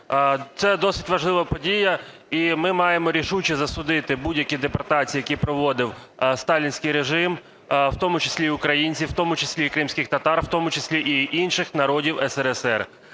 Це досить важлива подія, і ми маємо рішуче засудити будь-які депортації, які проводив сталінський режим, в тому числі і українців, в тому числі і кримських татар, в тому числі і інших народів СРСР.